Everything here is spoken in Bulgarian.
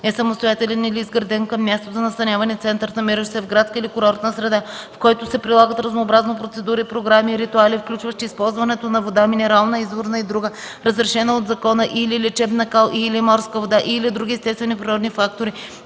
е самостоятелен или изграден към място за настаняване център, намиращ се в градска или курортна среда, в който се прилагат разнообразни процедури, програми и ритуали, включващи използването на вода – минерална, изворна и друга разрешена от закона, и/или лечебна кал и/или морска вода и/или други естествени природни фактори,